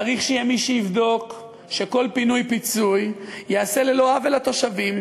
צריך שיהיה מי שיבדוק שכל פינוי-פיצוי ייעשה ללא עוול לתושבים.